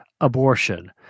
abortion